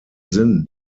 sinn